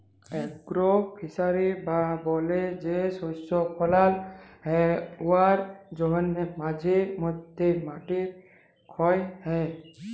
agro forestry বা বলে যে শস্য ফলাল হ্যয় উয়ার জ্যনহে মাঝে ম্যধে মাটির খ্যয় হ্যয়